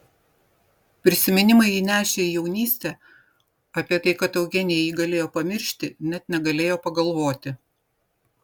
prisiminimai jį nešė į jaunystę apie tai kad eugenija jį galėjo pamiršti net negalėjo pagalvoti